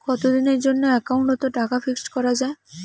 কতদিনের জন্যে একাউন্ট ওত টাকা ফিক্সড করা যায়?